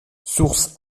source